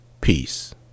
peace